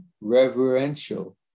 Reverential